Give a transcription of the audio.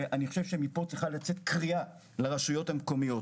מכאן צריכה לצאת קריאה לרשויות המקומיות.